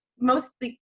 mostly